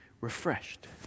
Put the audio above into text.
refreshed